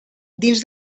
dins